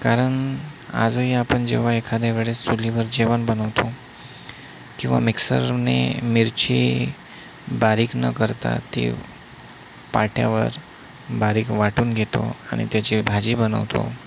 कारण आजही आपण जेव्हा एखाद्या वेळेस चुलीवर जेवण बनवतो किंवा मिक्सरने मिरची बारीक न करता ती पाट्यावर बारीक वाटून घेतो आणि त्याची भाजी बनवतो